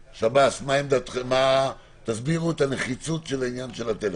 שב"ס, תסבירו את הנחיצות של עניין הטלפון.